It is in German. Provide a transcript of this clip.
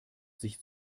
sich